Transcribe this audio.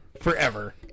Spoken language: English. forever